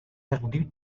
perdu